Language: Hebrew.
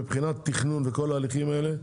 מבחינת תכנון וכל ההליכים האלה,